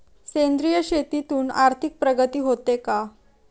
सेंद्रिय शेतीतून आर्थिक प्रगती होते का?